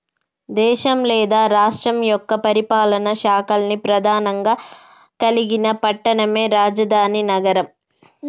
దేశం లేదా రాష్ట్రం యొక్క పరిపాలనా శాఖల్ని ప్రెధానంగా కలిగిన పట్టణమే రాజధాని నగరం